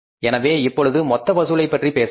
எனவே இப்பொழுது மொத்த வசூலை பற்றி பேசலாம்